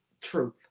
truth